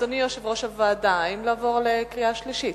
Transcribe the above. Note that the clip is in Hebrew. אדוני יושב-ראש הוועדה, האם לעבור לקריאה שלישית?